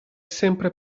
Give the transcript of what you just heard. sempre